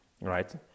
right